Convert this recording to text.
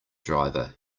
driver